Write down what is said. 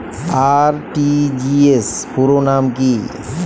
RTGS পুরো নাম কি?